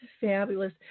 fabulous